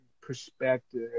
perspective